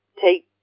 take